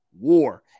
war